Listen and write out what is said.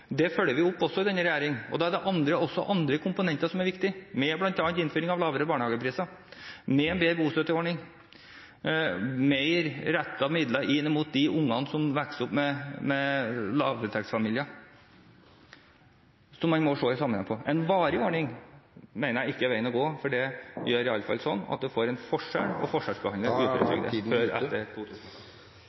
Det følger vi også opp i denne regjeringen. Men det er også andre komponenter som er viktige, og som man må se i sammenheng, bl.a. lavere barnehagepriser, en god bostøtteordning og midler som er mer rettet inn mot de ungene som vokser opp i lavinntektsfamilier. En varig ordning mener jeg ikke er veien å gå, for det gjør i alle fall slik at man får en